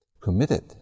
committed